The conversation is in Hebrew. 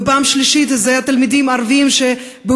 ופעם שלישית אלה תלמידים ערבים שמותקפים